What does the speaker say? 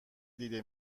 دیده